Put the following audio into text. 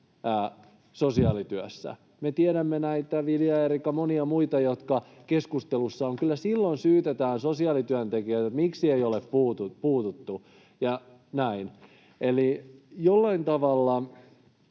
sosiaalityössä. Me tiedämme näitä, Vilja Eerikan ja monia muita, jotka keskustelussa ovat, ja kyllä silloin syytetään sosiaalityöntekijöitä siitä, miksi ei ole puututtu, ja näin. Tämä keskustelu